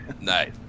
Nice